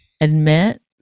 admit